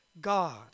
God